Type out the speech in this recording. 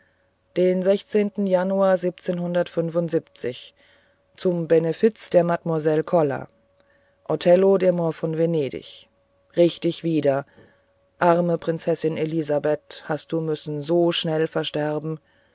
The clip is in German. den januar zum benefiz der mlle koller othello der mohr von venedig richtig wieder arme prinzessin elisabeth hast du müssen so schnell versterben